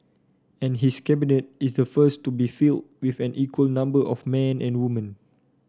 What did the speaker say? and his Cabinet is the first to be filled with equal number of men and women